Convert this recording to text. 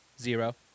Zero